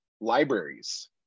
libraries